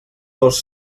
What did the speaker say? dos